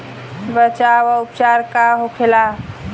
बचाव व उपचार का होखेला?